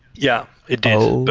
yeah, it did.